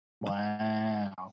Wow